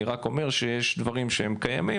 אני רק אומר שיש דברים שהם קיימים,